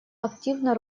активно